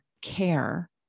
care